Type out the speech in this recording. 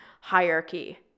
hierarchy